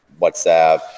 WhatsApp